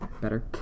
better